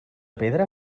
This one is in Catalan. pedra